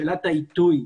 שאלת העיתוי.